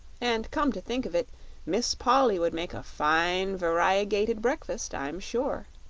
and come to think of it miss polly would make a fine variegated breakfast, i'm sure.